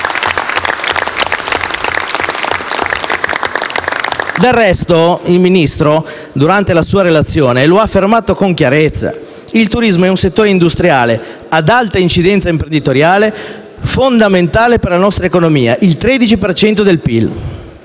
Del resto, il Ministro durante la sua relazione ha affermato con chiarezza che il turismo è un settore industriale ad alta incidenza imprenditoriale, fondamentale per la nostra economia (il 13 per